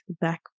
back